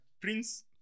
Prince